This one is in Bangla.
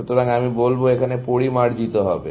সুতরাং আমি বলবো এখানে পরিমার্জিত হবে